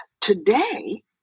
today